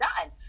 done